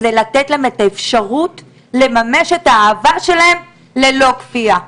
כדי לתת להם את האפשרות לממש את האהבה שלהם ללא כפייה.